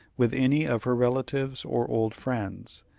with any of her relatives or old friends,